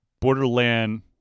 Borderland